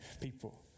people